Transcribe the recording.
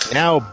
now